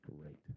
great